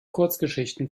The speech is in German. kurzgeschichten